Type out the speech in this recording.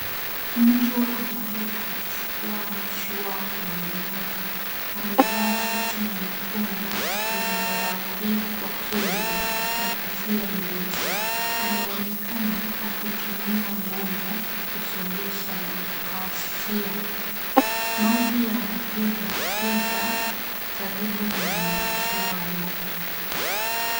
Mtu ambaye anachukua mashua kwenye maji, amevaa shati nyekundu lililoandikwa Kenya na kofia nyeusi. Anaonekana akitumia nguvu kusogesha makazia. Maji yanapigapiga karibu na mashua yake.